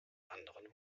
anderen